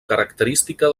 característica